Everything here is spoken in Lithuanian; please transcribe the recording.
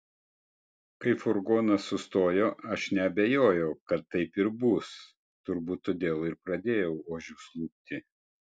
kai furgonas sustojo aš neabejojau kad taip ir bus turbūt todėl ir pradėjau ožius lupti